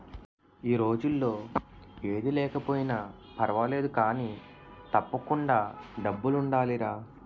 ఈ రోజుల్లో ఏది లేకపోయినా పర్వాలేదు కానీ, తప్పకుండా డబ్బులుండాలిరా